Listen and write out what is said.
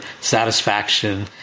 satisfaction